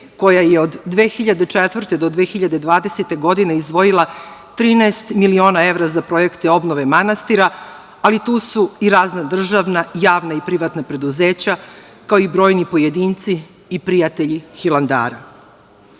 koja je od 2004. do 2020. godine izdvojila 13 miliona evra za projekte obnove manastira, ali tu su i razna državna, javna i privatna preduzeća, kao i brojni pojedinci i prijatelji Hilandara. Iz